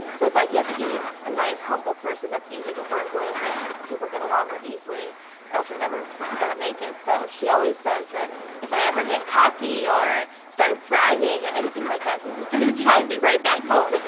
so it's like you have to be a nice, humble person that's easy to work with and people get along with easily or else you're never going to make it. so she always says that if i ever get cocky, or start bragging, or anything like that she's just going to drive me right back home.